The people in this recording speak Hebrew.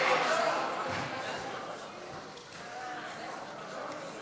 הצעת